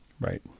Right